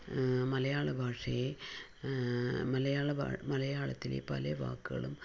മലയാള ഭാഷയെ മലയാള മലയാളത്തിലെ പല വാക്കുകളും